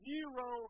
Zero